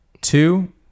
two